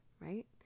right